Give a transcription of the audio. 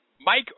Mike